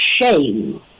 shame